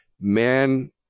man